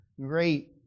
Great